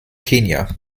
kenia